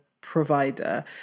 provider